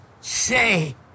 say